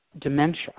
dementia